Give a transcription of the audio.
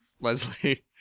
Leslie